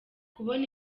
kubona